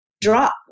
drop